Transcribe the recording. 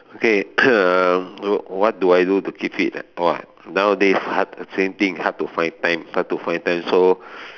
okay what do I do to keep fit !wah! nowadays hard same thing hard to find time hard to find time so